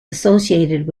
associated